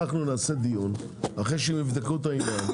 אנחנו נעשה דיון אחרי שהם יבדקו את העניין,